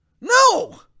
No